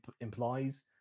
implies